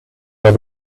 were